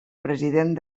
president